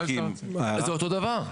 זה אותו דבר.